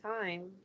time